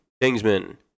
Kingsman